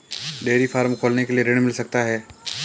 Dairy farm खोलने के लिए ऋण मिल सकता है?